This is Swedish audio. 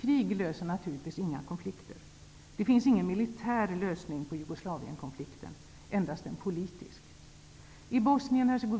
Krig löser naturligtvis inga konflikter. Det finns ingen militär lösning på Jugoslavienkonflikten, endast en politisk.